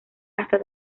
hasta